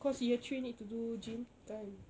cause year three need to do gym kan